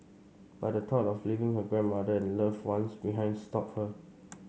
but the thought of leaving her grandmother and loved ones behind stopped her